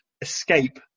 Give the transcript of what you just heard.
escape